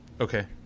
Okay